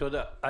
תודה רבה.